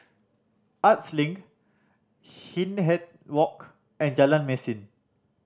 Arts Link Hindhede Walk and Jalan Mesin